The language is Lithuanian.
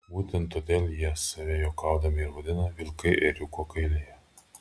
būtent todėl jie save juokaudami ir vadina vilkai ėriuko kailyje